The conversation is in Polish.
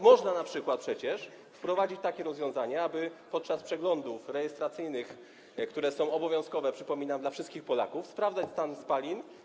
Można przecież wprowadzić takie rozwiązanie, aby podczas przeglądów rejestracyjnych, które są obowiązkowe, przypominam, dla wszystkich Polaków, sprawdzać stan spalin.